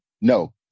no